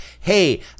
hey